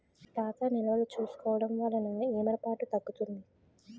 ఖాతా నిల్వలు చూసుకోవడం వలన ఏమరపాటు తగ్గుతుంది